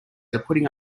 putting